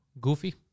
Goofy